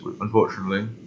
unfortunately